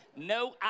No